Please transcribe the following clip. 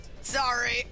Sorry